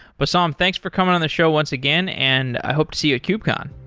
but so um thanks for coming on the show once again, and i hope to see you at kubecon.